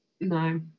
No